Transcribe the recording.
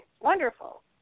Wonderful